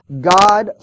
God